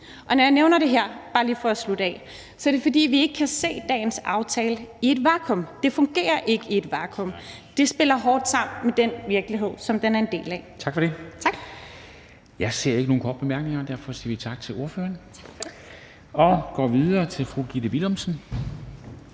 Og når jeg nævner det her – og det er bare for lige at slutte af – er det, fordi vi ikke kan se dagens aftale i et vakuum. Det fungerer ikke i et vakuum. Det spiller hårdt sammen med den virkelighed, som den er en del af. Tak. Kl. 17:20 Formanden (Henrik Dam Kristensen): Tak for det. Jeg ser ikke nogen til korte bemærkninger. Derfor siger vi tak til ordføreren og går videre til fru Gitte Willumsen,